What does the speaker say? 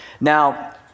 Now